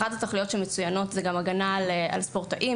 ואחת התכליות שמצוינות היא הגנה על ספורטאים,